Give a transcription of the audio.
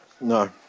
no